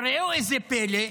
אבל ראו איזה פלא: